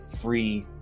free